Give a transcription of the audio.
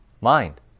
Mind